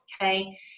okay